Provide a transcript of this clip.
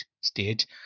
stage